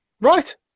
right